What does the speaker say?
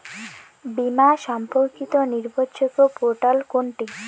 বীমা সম্পর্কিত নির্ভরযোগ্য পোর্টাল কোনটি?